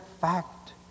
fact